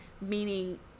Meaning